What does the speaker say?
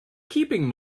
keeping